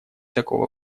такого